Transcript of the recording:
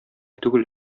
түгел